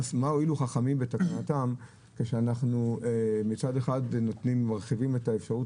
מה הועילו חכמים בתקנתם כשאנחנו מצד אחד מרחיבים את האפשרות